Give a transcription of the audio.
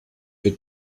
für